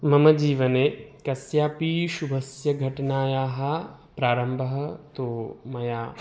मम जीवने कस्यापि शुभस्य घटनायाः प्रारम्भं तु मया